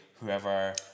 whoever